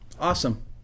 awesome